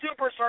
Superstar